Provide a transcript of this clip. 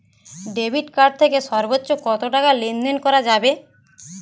Debit card থেকে সর্বোচ্চ কত টাকা লেনদেন করা যাবে?